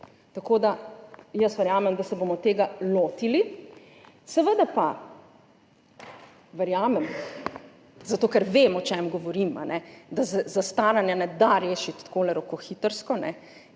Tako da verjamem, da se bomo tega lotili. Verjamem, zato ker vem, o čem govorim, da se zastaranja ne da rešiti tako rokohitrsko